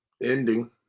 ending